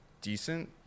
decent